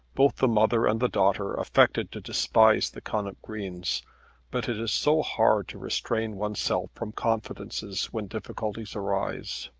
both the mother and daughter affected to despise the connop greens but it is so hard to restrain oneself from confidences when difficulties arise!